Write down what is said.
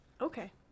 Okay